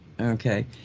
Okay